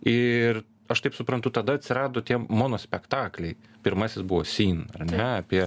ir aš taip suprantu tada atsirado tie monospektakliai pirmasis buvo syn ar ne apie